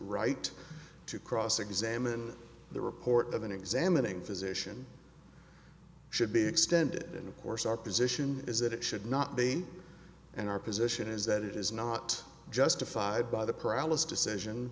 right to cross examine the report of an examining physician should be extended and of course our position is that it should not be and our position is that it is not justified by the